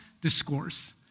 Discourse